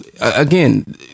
again